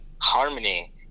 Harmony